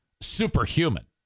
superhuman